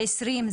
ב-2020,